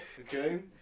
Okay